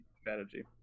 strategy